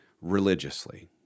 religiously